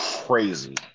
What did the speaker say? crazy